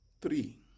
Three